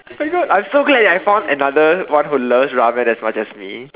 my God I'm so glad I found another one who loves ramen as much as me